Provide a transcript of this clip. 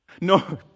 No